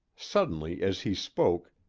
suddenly, as he spoke,